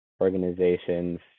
organizations